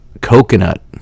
coconut